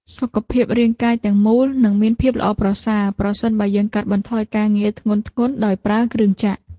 សុខភាពរាងកាយទាំងមូលនឹងមានភាពល្អប្រសើរប្រសិនបើយើងកាត់បន្ថយការងារធ្ងន់ៗដោយប្រើគ្រឿងចក្រ។